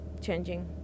changing